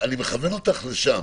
אני מכוון אותך לשם.